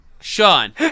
Sean